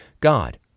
God